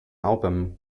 album